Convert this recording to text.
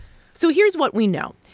so here's what we know.